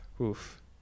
oof